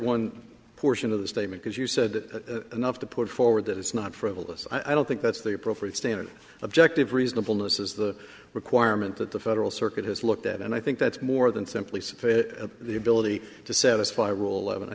one portion of the statement as you said enough to put forward that it's not frivolous i don't think that's the appropriate standard objective reasonableness is the requirement that the federal circuit has looked at and i think that's more than simply the ability to satisfy rule eleve